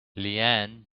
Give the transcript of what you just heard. leanne